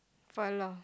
Falah